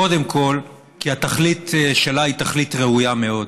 קודם כול, כי התכלית שלה היא תכלית ראויה מאוד.